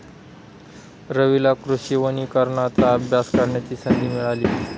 रवीला कृषी वनीकरणाचा अभ्यास करण्याची संधी मिळाली